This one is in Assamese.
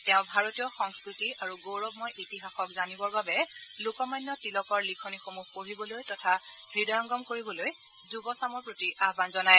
তেওঁ ভাৰতীয় সংস্কৃতি আৰু গৌৰৱময় ইতিহাসক জানিবৰ বাবে লোকমান্য তিলকৰ লিখনিসমূহ পঢ়িবলৈ তথা হৃদয়ংগম কৰিবলৈ যুৱচামক আহান জনায়